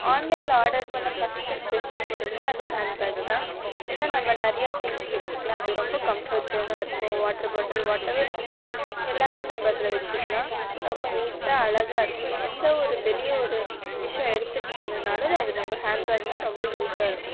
ஆன்லைனில் ஆடர் பண்ண first and best பொருள்ன்னா அது ஹேண்ட் பேக் தான் ஏனால் நம்ம நிறைய திங்க்ஸ் வச்சுக்கிலாம் அது ரொம்ப கம்ஃபோர்ட் சோனாக இருக்கும் வாட்ரு பாட்டில் வாட்டெவர் திங்க்ஸ் எல்லாமே நம்ம அதில் வச்சுக்கிலாம் ரொம்ப நீட்டாக அழகாக இருக்கும் எந்த ஒரு வெளியே ஒரு விஷயம் எடுத்துகிட்டு போணுனாலும் அது நம்ம ஹேண்ட் பேக்னா ரொம்ப யூஸ்ஸாக இருக்கும்